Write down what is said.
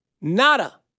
Nada